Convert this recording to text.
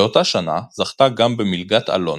באותה שנה זכתה גם במלגת אלון.